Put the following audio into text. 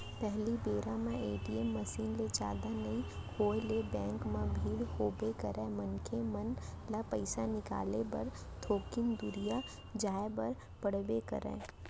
पहिली बेरा म ए.टी.एम मसीन के जादा नइ होय ले बेंक म भीड़ होबे करय, मनसे मन ल पइसा निकाले बर थोकिन दुरिहा जाय बर पड़बे करय